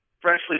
freshly